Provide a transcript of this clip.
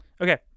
Okay